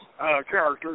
character